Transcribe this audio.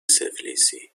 سفلیسی